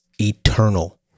eternal